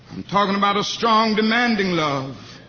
talking about a strong, demanding love.